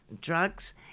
drugs